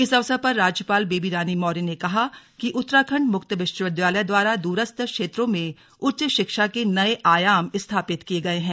इस अवसर पर राज्यपाल बेबी रानी मौर्य ने कहा की उत्तराखंड मुक्त विश्वविद्यालय द्वारा द्ररस्थ क्षेत्रों में उच्च शिक्षा के नए आयाम स्थापित किए गए हैं